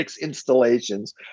installations